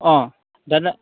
অঁ দাদা